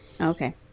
Okay